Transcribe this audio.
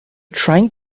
trying